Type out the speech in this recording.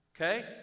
Okay